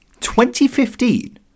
2015